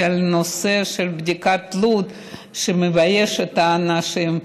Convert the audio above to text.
לנושא של בדיקת תלות שמביישת את האנשים.